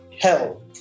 health